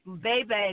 baby